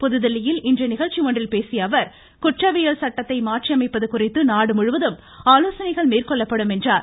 புதுதில்லியில் இன்று நிகழ்ச்சி ஒன்றில் பேசிய அவர் குற்றவியல் சட்டத்தை மாற்றியமைப்பது குறித்து நாடுமுழுவதும் ஆலோசனைகள் மேற்கொள்ளப்படும் என்றார்